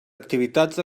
activitats